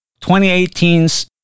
2018's